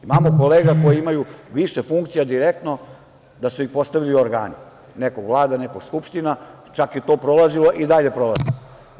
Imamo kolege koje imaju više funkcija direktno da su ih postavili organi, nekog Vlada, nekog Skupština, čak je to prolazilo i dalje prolazi.